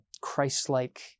Christ-like